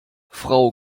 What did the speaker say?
frau